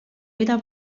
era